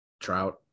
Trout